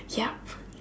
yup